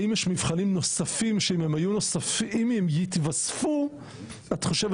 האם יש מבחנים נוספים שאם הם יתווספו את חושבת